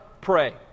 pray